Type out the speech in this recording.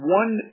one